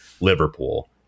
Liverpool